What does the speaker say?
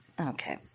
Okay